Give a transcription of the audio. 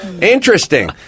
Interesting